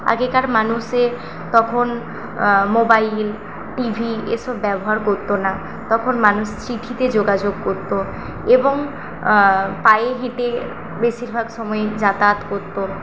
আগেকার মানুষের তখন মোবাইল টিভি এসব ব্যবহার করতো না তখন মানুষ চিঠিতে যোগাযোগ করতো এবং পায়ে হেঁটে বেশিরভাগ সময় যাতায়াত করতো